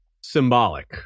symbolic